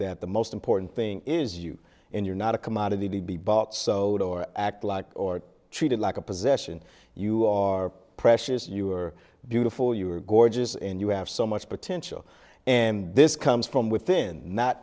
that the most important thing is you in your not a commodity to be bought sold or act like or treated like a possession you are precious you are beautiful you are gorgeous and you have so much potential and this comes from within not